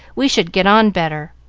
we should get on better.